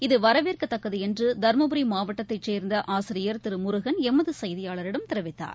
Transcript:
இது வரவேற்கத்தக்கது என்று தர்மபுரி மாவட்டத்தைச் சேர்ந்த ஆசிரியர் திரு முருகள் எமது செய்தியாளரிடம் தெரிவித்தார்